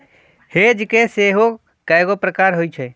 hedge के सेहो कएगो प्रकार होइ छै